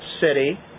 city